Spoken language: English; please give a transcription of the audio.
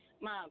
Mom